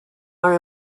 are